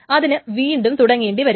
അതിന് വീണ്ടും തുടങ്ങേണ്ടി വരും